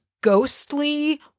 ghostly